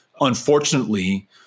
unfortunately